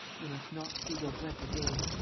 you must not see daubrecq again.